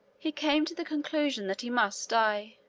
he came to the conclusion that he must die.